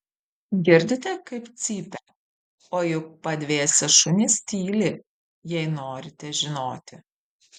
girdite kaip cypia o juk padvėsę šunys tyli jei norite žinoti